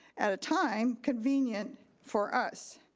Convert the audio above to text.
at a time convenient for us?